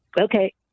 Okay